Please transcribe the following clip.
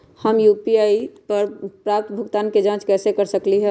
हम यू.पी.आई पर प्राप्त भुगतान के जाँच कैसे कर सकली ह?